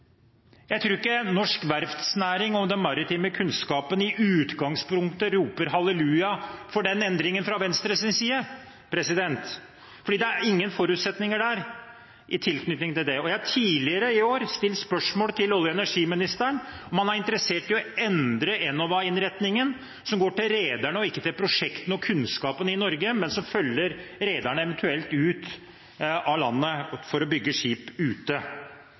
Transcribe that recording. Jeg tror ikke norsk verftsnæring og den maritime kunnskapen i utgangspunktet roper halleluja for den endringen fra Venstres side, for det er ingen forutsetninger der i tilknytning til det. Jeg har tidligere i år stilt spørsmål til olje- og energiministeren om han er interessert i å endre Enova-innretningen, som går til rederne, og ikke til prosjektene og kunnskapen i Norge, men som følger rederne eventuelt ut av landet for å bygge skip ute.